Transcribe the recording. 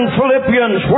Philippians